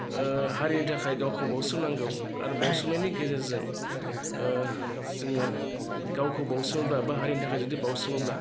हारिनि थाखाय गावखौ बाउसोमनांगौ आरो बाउसोमनायनि गेजेरजों जोङो गावखौ बाउसोमोब्ला बा हारिनि थाखाय जुदि बाउसोमोब्ला